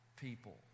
people